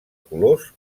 colors